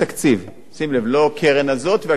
לא לקרן הזאת ולקרן ההיא ולא חד-פעמי,